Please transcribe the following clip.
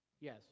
Yes